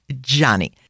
Johnny